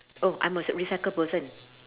oh I'm a s~ recycle person